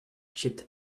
chipped